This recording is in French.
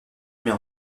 mais